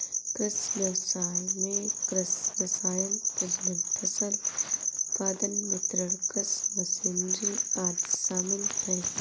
कृषि व्ययसाय में कृषि रसायन, प्रजनन, फसल उत्पादन, वितरण, कृषि मशीनरी आदि शामिल है